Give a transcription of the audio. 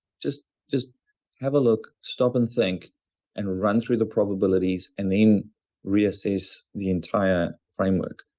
just just have a look, stop and think and run through the probabilities and then reassess the entire framework.